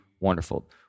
wonderful